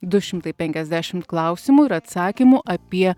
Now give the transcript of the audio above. du šimtai penkiasdešim klausimų ir atsakymų apie